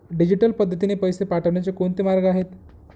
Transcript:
Digital पद्धतीने पैसे पाठवण्याचे कोणते मार्ग आहेत?